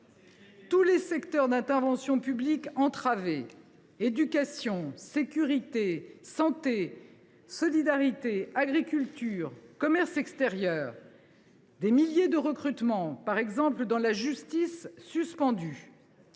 des secteurs d’intervention publique – éducation, sécurité, santé, solidarité, agriculture, commerce extérieur… – entravés, milliers de recrutements, par exemple dans la justice, suspendus,